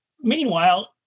Meanwhile